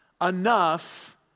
enough